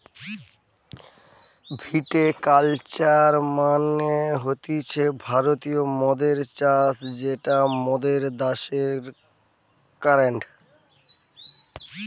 ভিটি culture মানে হতিছে ভারতীয় মদের চাষ যেটা মোরদের দ্যাশে করেটে